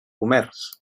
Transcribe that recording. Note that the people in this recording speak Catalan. comerç